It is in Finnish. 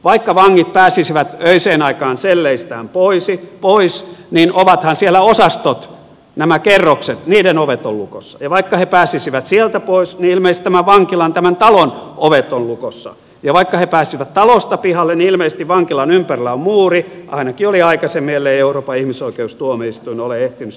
vaikka vangit pääsisivät öiseen aikaan selleistään pois niin ovathan siellä osastot nämä kerrokset niiden ovet lukossa ja vaikka he pääsisivät sieltä pois niin ilmeisesti tämän vankilan tämän talon ovet ovat lukossa ja vaikka he pääsisivät talosta pihalle niin ilmeisesti vankilan ympärillä on muuri ainakin oli aikaisemmin ellei euroopan ihmisoikeustuomioistuin ole ehtinyt sitä jo kieltämään